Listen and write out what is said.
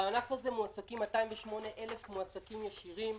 בענף הזה מועסקים 208,000 מועסקים ישירים.